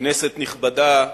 כנסת נכבדה,